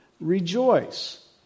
rejoice